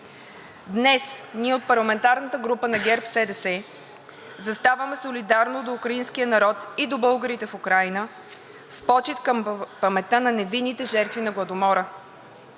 Днес ние от парламентарната група на ГЕРБ-СДС заставаме солидарно до украинския народ и до българите в Украйна в почит към паметта на невинните жертви на Гладомора.